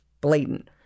blatant